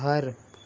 گھر